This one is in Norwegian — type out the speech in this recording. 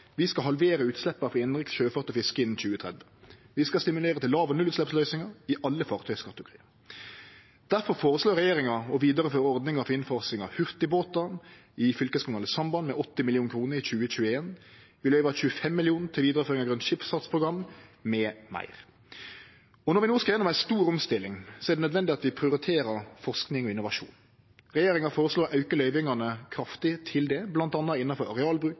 Vi skal halvere utsleppa frå innanriks sjøfart og fiske innan 2030. Vi skal stimulere til låg- og nullutsleppløysingar i alle fartøyskategoriar. Derfor foreslår regjeringa å vidareføre ordninga for innfasing av hurtigbåtar i fylkeskommunale samband med 80 mill. kr i 2021. Vi løyver 25 mill. kr til vidareføring av grønt skipsfartsprogram m.m. Når vi no skal gjennom ei stor omstilling, er det nødvendig at vi prioriterer forsking og innovasjon. Regjeringa føreslår å auke løyvingane kraftig til det, bl.a. innanfor arealbruk,